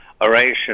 oration